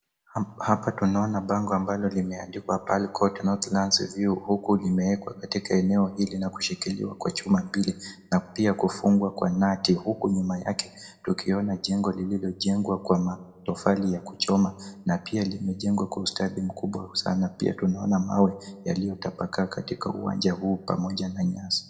Hapa tunaona bango ambalo limeandikwa Peal Courts Northlands View, huku limewekwa katika eneo hili na kushikiliwa kwa chuma mbili na pia kufungwa kwa nati, huku nyuma yake tukiona jengo lililojengwa kwa matofali ya kuchoma na pia limejengwa kwa ustadi mkubwa sana. Pia tunaona mawe yaliyotapakaa katika uwanja huu pamoja na nyasi.